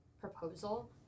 proposal